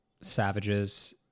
Savages